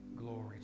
Glory